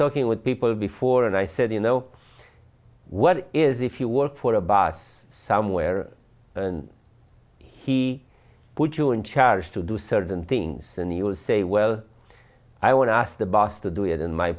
talking with people before and i said you know what it is if you work for a boss somewhere and he put you in charge to do certain things and he will say well i want to ask the boss to do it in my